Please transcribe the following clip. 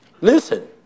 listen